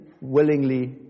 willingly